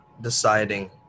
deciding